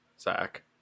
Zach